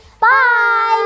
Bye